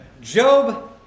Job